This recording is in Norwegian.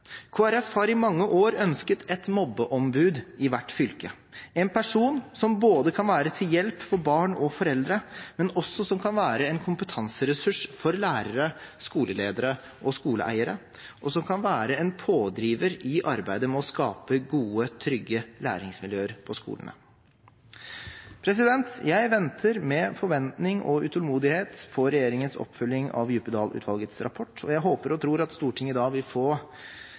har i mange år ønsket et mobbeombud i hvert fylke, en person som kan være til hjelp for barn og foreldre, som også kan være en kompetanseressurs for lærere, skoleledere og skoleeiere, og som kan være en pådriver i arbeidet med å skape gode og trygge læringsmiljøer på skolene. Jeg venter med utålmodighet på regjeringens oppfølging av Djupedal-utvalgets rapport, og jeg håper og tror at Stortinget da vil få